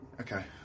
Okay